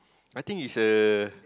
I think is a